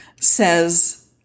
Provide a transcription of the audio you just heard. says